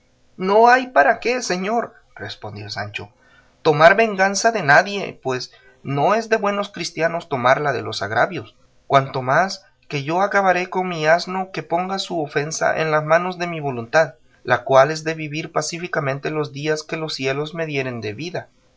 no hay para qué señor respondió sancho tomar venganza de nadie pues no es de buenos cristianos tomarla de los agravios cuanto más que yo acabaré con mi asno que ponga su ofensa en las manos de mi voluntad la cual es de vivir pacíficamente los días que los cielos me dieren de vida